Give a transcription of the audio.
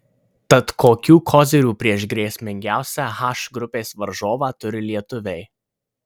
tad kokių kozirių prieš grėsmingiausią h grupės varžovą turi lietuviai